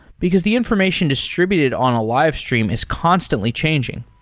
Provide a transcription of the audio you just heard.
because the information distributed on a livestream is constantly changing.